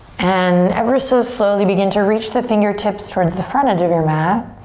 and ever so slowly begin to reach the fingertips towards the front edge of your mat.